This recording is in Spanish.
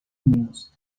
unidos